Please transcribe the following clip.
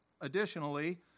additionally